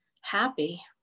happy